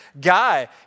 guy